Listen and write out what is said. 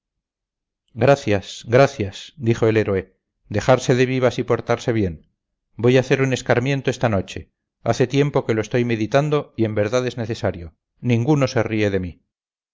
gracias gracias dijo el héroe dejarse de vivas y portarse bien voy a hacer un escarmiento esta noche hace tiempo que lo estoy meditando y en verdad es necesario ninguno se ríe de mí